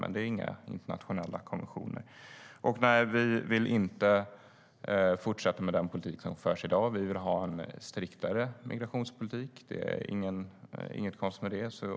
Men det är inga internationella konventioner. Och nej, vi vill inte fortsätta med den politik som förs i dag. Vi vill ha en striktare migrationspolitik. Det är inget konstigt med det.